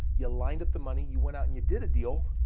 you lined up the money, you went out and you did a deal.